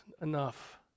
enough